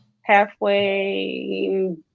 halfway